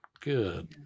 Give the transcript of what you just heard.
Good